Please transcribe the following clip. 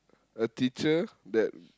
a teacher that